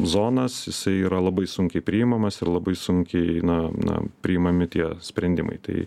zonas jisai yra labai sunkiai priimamas ir labai sunkiai na na priimami tie sprendimai tai